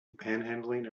panhandling